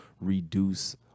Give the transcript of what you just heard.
reduce